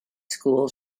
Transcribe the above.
school